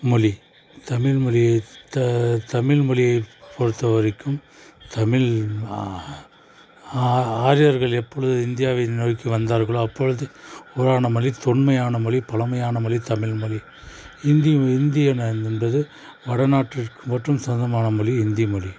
மொழி தமிழ் த தமிழ் மொழியை பொறுத்த வரைக்கும் தமிழ் ஆரியர்கள் எப்பொழுது இந்தியாவை நோக்கி வந்தார்களோ அப்பொழுது உருவான மொழி தொன்மையான மொழி பழமையான மொழி தமிழ் மொழி ஹிந்தி ஹிந்தி என்பது வட நாட்டிற்கு மட்டும் சொந்தமான மொழி ஹிந்தி மொழி